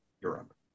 Europe